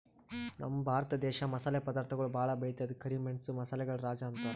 ನಮ್ ಭರತ ದೇಶ್ ಮಸಾಲೆ ಪದಾರ್ಥಗೊಳ್ ಭಾಳ್ ಬೆಳಿತದ್ ಕರಿ ಮೆಣಸ್ ಮಸಾಲೆಗಳ್ ರಾಜ ಅಂತಾರ್